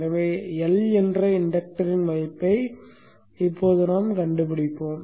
எனவே L என்ற inductor யின் மதிப்பை இப்போது கண்டுபிடிப்போம்